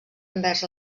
envers